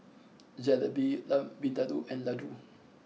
Jalebi Lamb Vindaloo and Ladoo